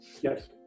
Yes